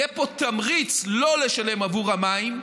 יהיה פה תמריץ לא לשלם עבור המים,